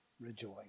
rejoice